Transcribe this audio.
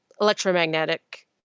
electromagnetic